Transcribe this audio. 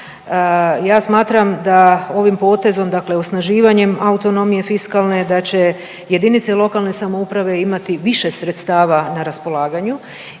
Ja smatram da ovim potezom dakle osnaživanjem autonomije fiskalne da će jedinice lokalne samouprave imati više sredstava na raspolaganju